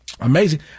Amazing